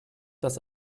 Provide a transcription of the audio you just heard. das